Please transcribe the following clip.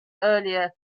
earlier